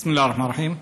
בסם אללה א-רחמאן א-רחים.